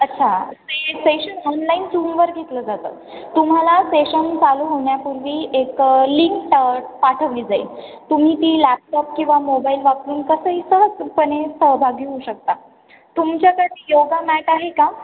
अच्छा ते session online झुमवर घेतलं जातं तुम्हाला सेशन चालू होण्यापूर्वी एक लिंक पाठवली जाईल तुम्ही ती लॅपटॉप किंवा मोबाईल वापरून कसंही सहजपणे सहभागी होऊ शकता तुमच्याकडे योगा मॅट आहे का